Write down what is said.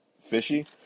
fishy